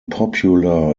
popular